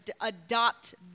adopt